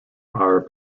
are